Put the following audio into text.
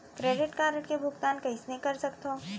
Credit card के भुगतान कइसने कर सकथो?